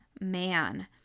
man